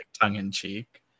tongue-in-cheek